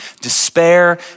despair